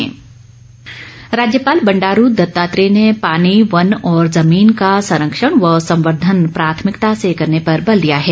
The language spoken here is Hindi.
राज्यपाल राज्यपाल बंडारू दत्तात्रेय ने पानी वन और जमीन का संरक्षण व संवर्धन प्राथमिकता से करने पर बल दिया है